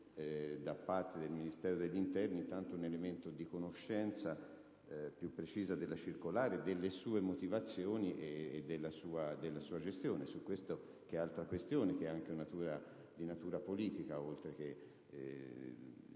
da parte del Ministro dell'interno, un elemento di conoscenza più precisa della circolare, delle sue motivazioni e della sua gestione. Su quest'ultima questione, che è anche di natura politica, oltre che